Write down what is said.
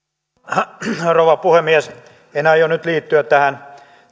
arvoisa rouva puhemies en aio nyt liittyä tähän